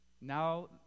now